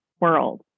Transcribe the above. world